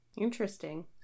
Interesting